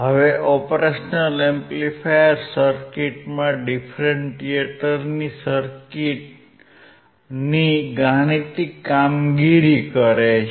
હવે op amp સર્કિટમાં ડિફરન્ટિએટરની ગાણિતિક કામગીરી કરે છે